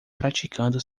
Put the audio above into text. praticando